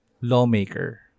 lawmaker